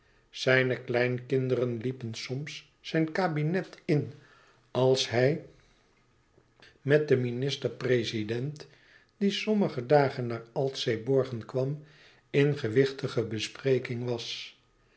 zijne kleinkinderen liepen soms zijn kabinet in als hij met den minister prezident die sommige dagen naar altseeborgen kwam in gewichtige bespreking was